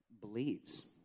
believes